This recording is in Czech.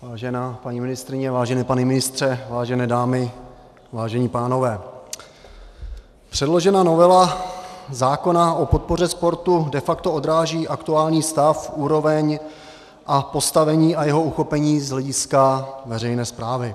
Vážená paní ministryně, vážený pane ministře, vážené dámy, vážení pánové, předložená novela zákona o podpoře sportu de facto odráží aktuální stav, úroveň, postavení a jeho uchopení z hlediska veřejné správy.